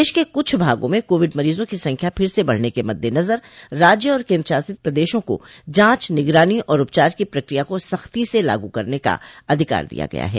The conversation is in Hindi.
देश के कुछ भागों म कोविड मरीजों की संख्या फिर से बढ़ने के मद्देनजर राज्य और केन्द्रशासित प्रदेशों को जांच निगरानी और उपचार की प्रक्रिया को सख्ती से लागू करने का अधिकार दिया गया है